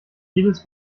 jedes